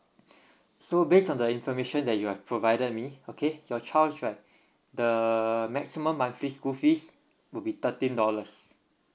so based on the information that you have provided me okay your child's right the maximum monthly school fees will be thirteen dollars